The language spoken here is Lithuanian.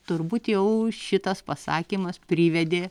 turbūt jau šitas pasakymas privedė